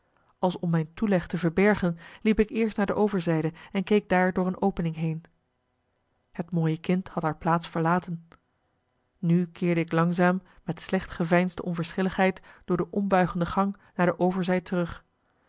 als om mijn toeleg te verbergen liep ik eerst naar de overzijde en keek daar door een opening heen het mooie kind had haar plaats verlaten nu keerde ik langzaam met slecht geveinsde onverschilligheid door de ombuigende gang naar de overzij terug